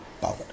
Power